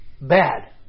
Bad